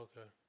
okay